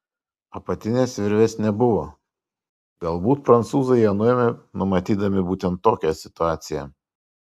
apatinės virvės nebuvo galbūt prancūzai ją nuėmė numatydami būtent tokią situaciją